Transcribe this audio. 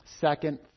second